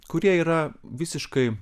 kurie yra visiškai